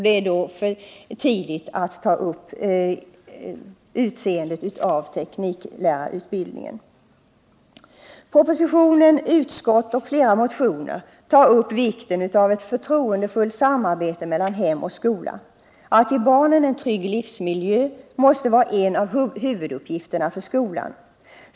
Det är då för tidigt att diskutera tekniklärarutbildningens utseende. Propositionen, utskottsbetänkandet och flera motioner tar upp vikten av ett förtroendefullt samarbete mellan hem och skola. Att ge barnen en trygg livsmiljö måste vara en av huvuduppgifterna för skolan.